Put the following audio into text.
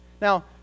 Now